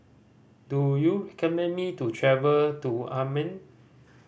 do you recommend me to travel to Amman